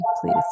please